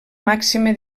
màxima